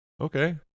okay